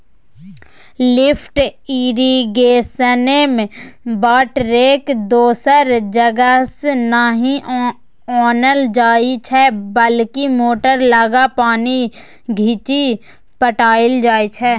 lift इरिगेशनमे बाटरकेँ दोसर जगहसँ नहि आनल जाइ छै बल्कि मोटर लगा पानि घीचि पटाएल जाइ छै